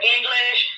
English